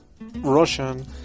Russian